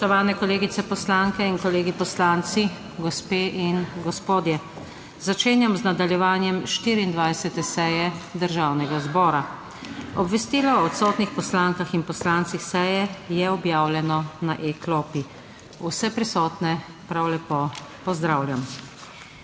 Spoštovane kolegice poslanke in kolegi poslanci, gospe in gospodje! Začenjam z nadaljevanjem 24. seje Državnega zbora. Obvestilo o odsotnih poslankah in poslancih s seje je objavljeno na e-klopi. Vse prisotne prav lepo pozdravljam!